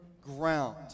ground